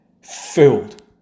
filled